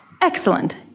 Excellent